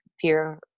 fear